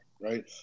right